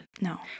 No